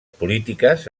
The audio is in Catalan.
polítiques